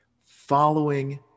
following